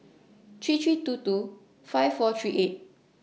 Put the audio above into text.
three three two two five four three eight